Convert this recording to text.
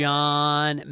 John